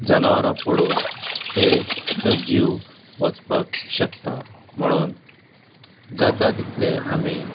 जनावरां पडून तांचो जीव वचपाक शकता म्हणून जाता तितले आमी